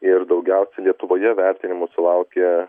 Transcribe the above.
ir daugiausia lietuvoje vertinimų sulaukė